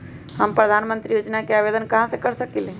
हम प्रधानमंत्री योजना के आवेदन कहा से कर सकेली?